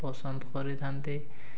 ପସନ୍ଦ କରିଥାନ୍ତି